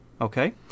okay